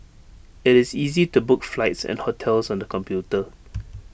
IT is easy to book flights and hotels on the computer